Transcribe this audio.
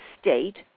state